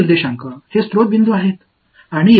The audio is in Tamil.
இப்போது நீங்கள் சிக்கலைப் பாராட்டலாம்